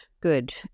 good